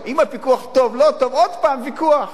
אם הפיקוח טוב, לא טוב, עוד פעם, ויכוח.